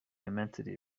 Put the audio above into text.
immensity